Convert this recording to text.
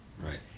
Right